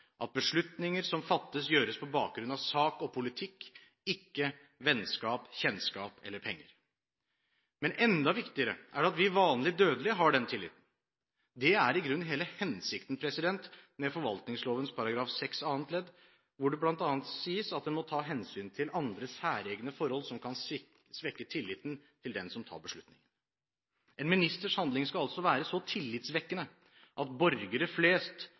at beslutninger som fattes, gjøres på bakgrunn av sak og politikk – ikke vennskap, kjennskap eller penger. Men enda viktigere er det at vi vanlige, dødelige har den tilliten. Det er i grunnen hele hensikten med forvaltningsloven § 6 annet ledd, hvor det bl.a. sies at man må ta hensyn til andre, særegne forhold som kan svekke tilliten til den som tar beslutningen. En ministers handling skal altså være så tillitvekkende at borgere flest